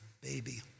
baby